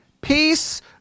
peace